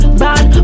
bad